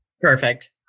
Perfect